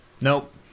Nope